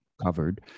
covered